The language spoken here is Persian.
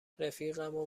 رفیقمو